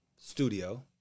studio